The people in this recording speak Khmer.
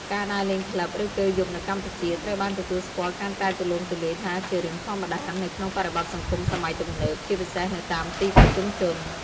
ការដើរលេងក្លឹប ឬពេលយប់នៅកម្ពុជា ត្រូវបានទទួលស្គាល់កាន់តែទូលំទូលាយថាជារឿងធម្មតា នៅក្នុងបរិបទសង្គមសម័យទំនើប ជាពិសេសនៅតាមទីប្រជុំជន ។